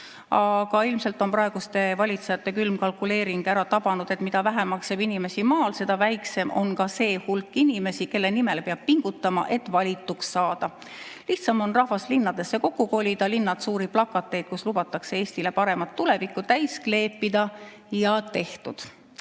Aga ilmselt on praeguste valitsejate külm kalkuleering ära tabanud, et mida vähemaks jääb inimesi maal, seda väiksem on ka see hulk inimesi, kelle nimel peab pingutama, et valituks saada. Lihtsam on rahvas linnadesse kokku kolida, kleepida linnad täis suuri plakateid, kus lubatakse Eestile paremat tulevikku, ja tehtud.